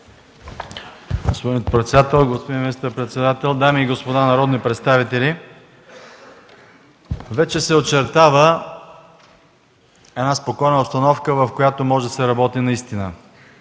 Господин председател, господин министър-председател, дами и господа народни представители! Вече се очертава една спокойна обстановка, в която наистина може да се работи.